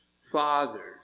fathers